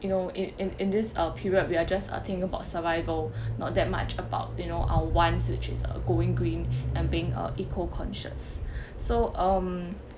you know in in in this uh period we are just uh think about survival not that much about you know our wants which is going green and being uh eco-conscious so um